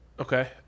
Okay